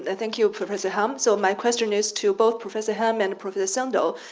thank you professor hahm. so my question is to both professor hahm and professor sandel.